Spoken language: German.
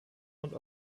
und